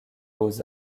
beaux